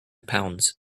pounds